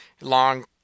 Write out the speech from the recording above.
Long